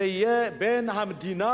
זה יהיה בין המדינה,